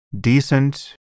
decent